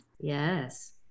Yes